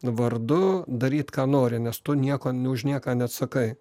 vardu daryt ką nori nes tu nieko už nieką neatsakai